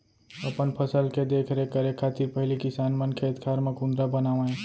अपन फसल के देख रेख करे खातिर पहिली किसान मन खेत खार म कुंदरा बनावय